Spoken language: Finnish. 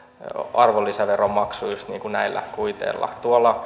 arvonlisäveron maksu juuri näillä kuiteilla